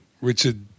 Richard